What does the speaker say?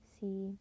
See